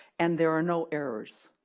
and there are no errors.